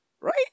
Right